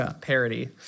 parody